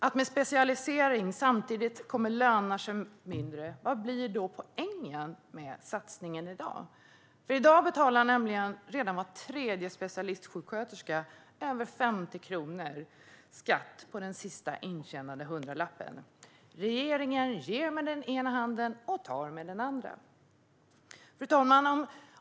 Om specialiseringen lönar sig mindre, vad blir då poängen med satsningen i dag? I dag betalar nämligen redan var tredje specialistsjuksköterska över 50 kronor i skatt på den sista intjänade hundralappen. Regeringen ger med den ena handen och tar med den andra. Fru talman!